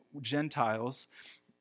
Gentiles